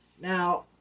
Now